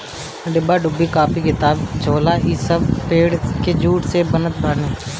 डिब्बा डुब्बी, कापी किताब, झोला इ सब पेड़ के जूट से बनत बाने